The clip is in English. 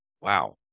Wow